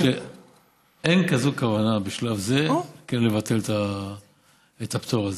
אז אני אומר לך שאין כוונה בשלב זה לבטל את הפטור הזה.